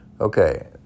Okay